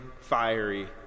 fiery